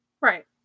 Right